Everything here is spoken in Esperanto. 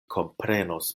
komprenos